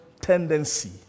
tendency